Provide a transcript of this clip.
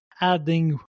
adding